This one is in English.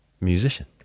musician